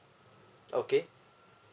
okay